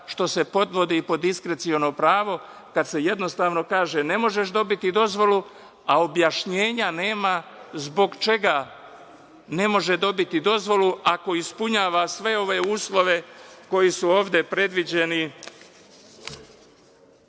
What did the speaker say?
što se podvodi pod diskreciono pravo, kada se, jednostavno, kaže ne možeš dobiti dozvolu, a objašnjenja nema zbog čega ne može dobiti dozvolu ako ispunjava sve ove uslove koji su ovde predviđeni